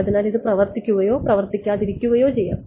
അതിനാൽ ഇത് പ്രവർത്തിക്കുകയോ പ്രവർത്തിക്കാതിരിക്കുകയോ ചെയ്യാം